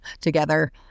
together